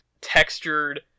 textured